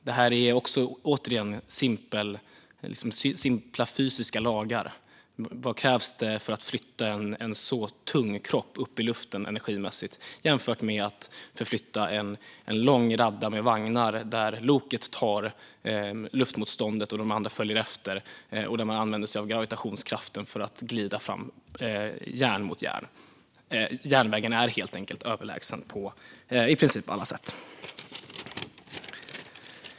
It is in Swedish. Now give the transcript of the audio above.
Det handlar återigen om simpla fysiska lagar. Vad krävs energimässigt för att flytta en sådan tung kropp upp i luften jämfört med att förflytta en lång rad med vagnar där loket tar luftmotståndet, vagnarna följer efter och tåget använder gravitationskraften för att glida fram järn mot järn. Järnvägen är helt enkelt överlägsen på i princip alla sätt.